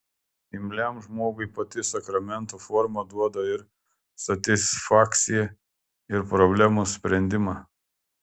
imliam žmogui pati sakramento forma duoda ir satisfakciją ir problemos sprendimą